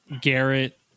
Garrett